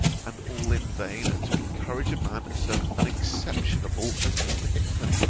and all in vain, to encourage a man so unexceptionable as mr. hickman.